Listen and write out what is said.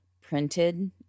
printed